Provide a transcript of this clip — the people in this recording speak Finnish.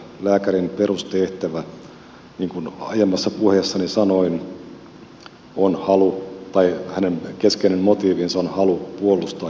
lääkärin perustehtävä niin kuin aiemmassa puheessani sanoin tai hänen keskeinen motiivinsa on halu puolustaa ja ylläpitää elämää